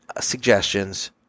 suggestions